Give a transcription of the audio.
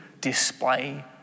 display